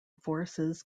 forces